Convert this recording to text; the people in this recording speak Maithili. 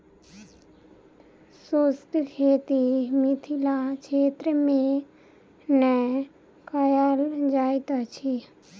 शुष्क खेती मिथिला क्षेत्र मे नै कयल जाइत अछि